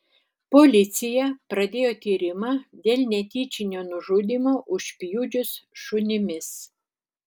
policija pradėjo tyrimą dėl netyčinio nužudymo užpjudžius šunimis